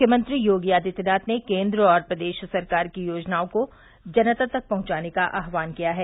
मुख्यमंत्री योगी आदित्यनाथ ने केन्द्र और प्रदेश सरकार की योजनाओं को जनता तक पहुंचाने का आहवान किया है